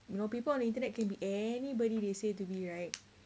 you know people on the internet can be anybody they say to be right